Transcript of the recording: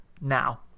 now